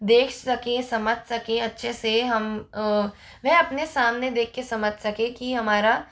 देख सके समझ सके अच्छे से हम वह अपने सामने देख के समझ सके कि हमारा